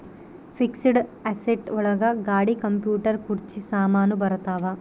fixed asset ಒಳಗ ಗಾಡಿ computer ಕುರ್ಚಿ ಸಾಮಾನು ಬರತಾವ